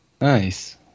Nice